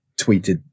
tweeted